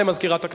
ובכן,